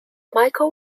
michael